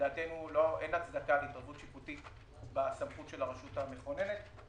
לדעתנו אין הצדקה להתערבות שיפוטית בסמכות של הרשות המכוננת.